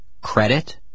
Credit